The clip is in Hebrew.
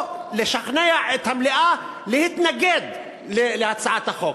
או לשכנע את המליאה להתנגד להצעת החוק?